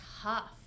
tough